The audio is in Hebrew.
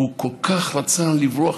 הוא כל כך רצה לברוח,